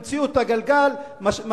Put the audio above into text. ויש מפלגות שאימצו את ההסתה נגד הציבור הערבי